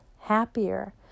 happier